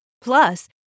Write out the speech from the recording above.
Plus